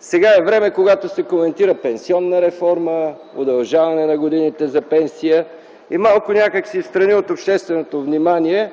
Сега е време, когато се коментират пенсионната реформа, удължаването на годините за пенсия и малко някак си встрани от общественото внимание